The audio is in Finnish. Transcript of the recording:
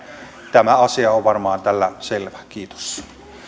tämä asia on varmaan tällä selvä kiitos